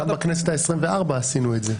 גם בכנסת העשרים-וארבע עשינו את זה.